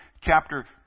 chapter